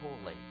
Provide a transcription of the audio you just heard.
holy